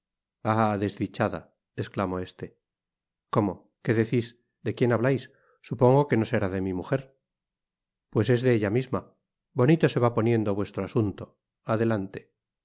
desdichada esclamó este cómo qué decís de quien hablais supongo que no será de mi mujer pues es de ella misma bonito se va poniendo vuestro asunto adelante